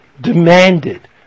demanded